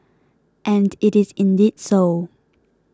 and it is indeed so